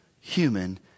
human